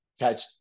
catch